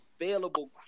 available